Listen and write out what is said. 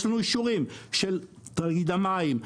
יש לנו אישורים של תאגיד המים,